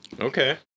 Okay